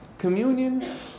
communion